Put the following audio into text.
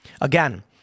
Again